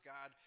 God